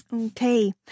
Okay